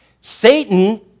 Satan